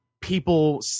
people